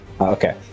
Okay